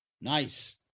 Nice